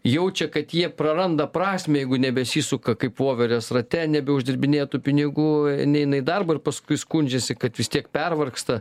jaučia kad jie praranda prasmę jeigu nebesisuka kaip voverės rate nebe uždirbinėja tų pinigų neina į darbą ir paskui skundžiasi kad vis tiek pervargsta